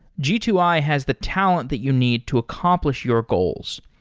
g two i has the talent that you need to accomplish your goals.